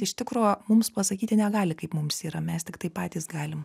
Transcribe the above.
iš tikro mums pasakyti negali kaip mums yra mes tiktai patys galim